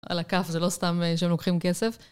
על הכף, זה לא סתם שהם לוקחים כסף.